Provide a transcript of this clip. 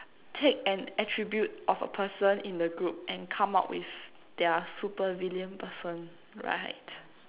take an attribute of a person in the group and come up with their super villain person right